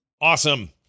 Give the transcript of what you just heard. awesome